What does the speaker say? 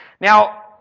Now